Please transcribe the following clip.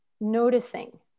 noticing